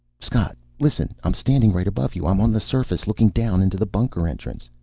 scott! listen. i'm standing right above you. i'm on the surface, looking down into the bunker entrance.